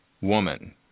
Woman